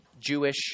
Jewish